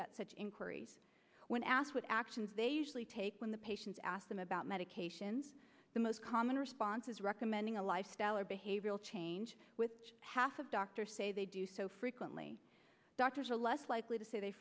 get such inquiries when asked what actions they usually take when the patients ask them about medications the most common response is recommending a lifestyle or behavioral change with half of doctors say they do so frequently doctors are less likely to say they